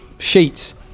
Sheets